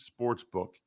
Sportsbook